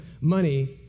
money